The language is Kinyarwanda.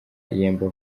yemba